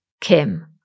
Kim